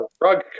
Rug